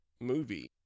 movie